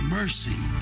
mercy